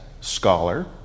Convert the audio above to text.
scholar